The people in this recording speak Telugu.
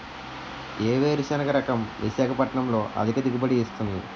ఏ వేరుసెనగ రకం విశాఖపట్నం లో అధిక దిగుబడి ఇస్తుంది?